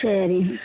சரி